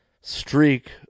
streak